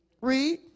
Read